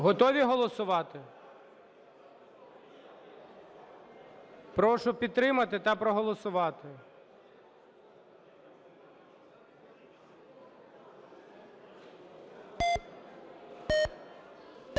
Готові голосувати? Прошу підтримати та проголосувати.